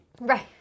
Right